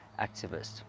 activist